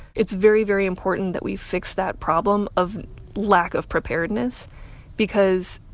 it's very, very important that we fix that problem of lack of preparedness because